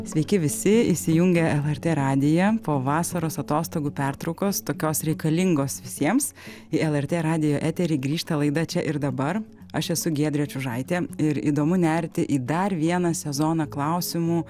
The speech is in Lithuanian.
sveiki visi įsijungę lrt radiją po vasaros atostogų pertraukos tokios reikalingos visiems į lrt radijo eterį grįžta laida čia ir dabar aš esu giedrė čiužaitė ir įdomu nerti į dar vieną sezoną klausimų